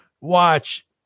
watch